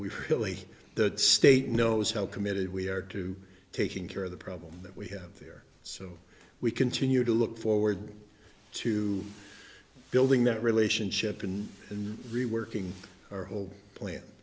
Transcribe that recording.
we've really the state knows how committed we are to taking care of the problem that we have here so we continue to look forward to building that relationship can and reworking our whole plan